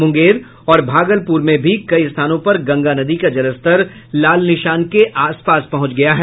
मुंगेर और भागलपुर में भी कई स्थानों पर गंगा नदी का जलस्तर लाल निशान के आस पास पहुंच गया है